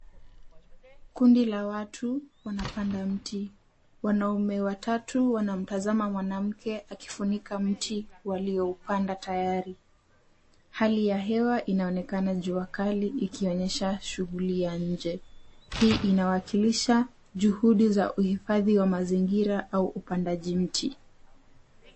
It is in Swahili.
Kundi la watu wanapanda mti. Wanaume watatu wanamtazama wanamke akifunika mti walioupanda tayari. Hali ya hewa inaonekana jua kali ikioenyesha shughuli ya nje. Hii inawakilisha juhudu za uhifadhi wa mazingira au upandaji mti.